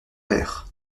père